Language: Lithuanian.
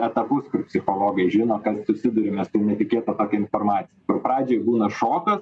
etapus kur psichologai žino kas susiduriame su netikėta tokia informacija pradžioj būna šokas